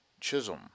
Chisholm